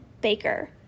Baker